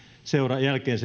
jälkeen